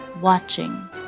watching